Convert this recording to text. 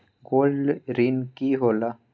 Gold ऋण की होला?